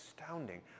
astounding